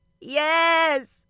Yes